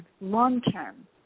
long-term